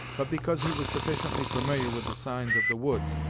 but because he was sufficiently familiar with the signs of the woods,